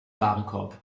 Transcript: warenkorb